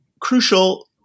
crucial